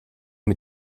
mit